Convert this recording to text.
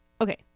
okay